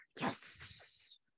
Yes